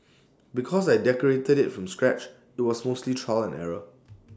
because I decorated IT from scratch IT was mostly trial and error